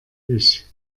ich